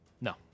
No